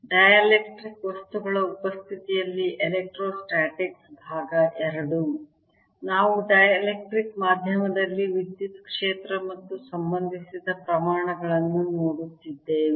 dielectric ವಸ್ತುಗಳ ಉಪಸ್ಥಿತಿಯಲ್ಲಿ electrostatics II ನಾವು ಡೈಎಲೆಕ್ಟ್ರಿಕ್ ಮಾಧ್ಯಮದಲ್ಲಿ ವಿದ್ಯುತ್ ಕ್ಷೇತ್ರ ಮತ್ತು ಸಂಬಂಧಿತ ಪ್ರಮಾಣಗಳನ್ನು ನೋಡುತ್ತಿದ್ದೇವೆ